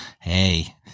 hey